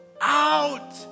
out